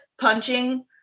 punching